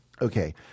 Okay